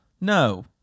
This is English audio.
No